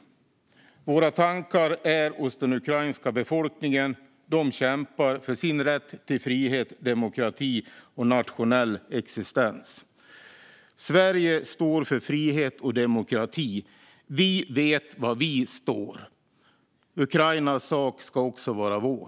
Våra tankar är hos den ukrainska befolkningen. De kämpar för sin rätt till frihet, demokrati och nationell existens. Sverige står för frihet och demokrati. Vi vet var vi står. Ukrainas sak ska också vara vår.